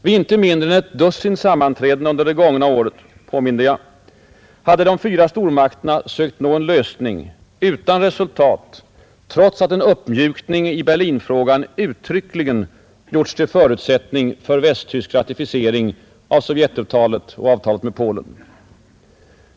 Vid inte mindre än ett dussin sammanträden under det gångna året, påminde jag om, hade de fyra stormakterna sökt nå en lösning utan resultat, trots att en uppmjukning i Berlinfrågan uttryckligen gjorts till förutsättning för västtysk ratificering av Sovjetavtalet och avtalet med Polen.